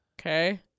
Okay